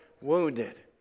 wounded